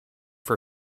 for